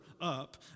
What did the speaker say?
up